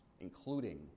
including